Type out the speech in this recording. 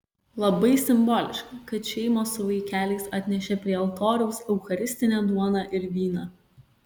labai simboliška kad šeimos su vaikeliais atnešė prie altoriaus eucharistinę duoną ir vyną